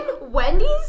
Wendy's